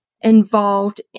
involved